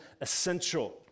essential